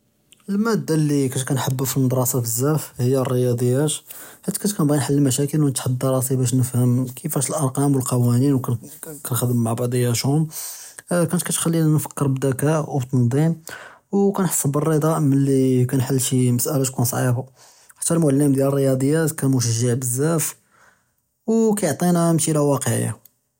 אֶלְמַדָּה אֶלְלִי כַּאנְت כַּאנְחֵבּהָ פִּלְמַדְרַסָה בְּזַאף הִי אֶלְרִיַּاضִיָּאת, כַּאנְت כַּאנְחֵבּ נְחַלֶּל מַשָּׁاكִיל וְנְתַחַדֵּי רַאסִי בַּאש נְפְהַם כִּיפַאש אֶלְאַרְקָאם וְאֶלְקְוַאנִין וְכַאנְخְדֵם מַע בְּעְדִיַאתְהוּם, פַּפּ כָּאן תְּכַלִּינִי נְפַכְּּר בְּדַכַּא' וְתַנְדִ'ים וְכַאנְחִסּ בְּאֶלְרִדַּא מֵלִי כַּאנְחַל שִי מַסְאַאלָה תְּכּוּן צְעִיבָה, ḥַתִּי אֶלְמֻעַלִּם דִּיַאל אֶלְרִיַּاضִיָּאת כָּאן מְשַּׁجֵּע בְּזַאף וְכַאיְעְטִינַא מַשְּׁכֵּלָה וָاقְעִיַּה.